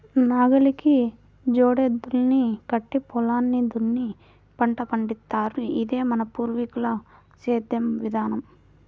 నాగలికి జోడెద్దుల్ని కట్టి పొలాన్ని దున్ని పంట పండిత్తారు, ఇదే మన పూర్వీకుల సేద్దెం విధానం